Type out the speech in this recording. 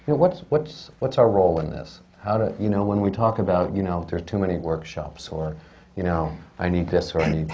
what's what's what's our role in this? ah you know, when we talk about, you know, there are too many workshops, or you know, i need this or i